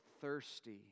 thirsty